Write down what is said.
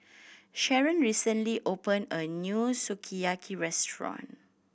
Sharon recently opened a new Sukiyaki Restaurant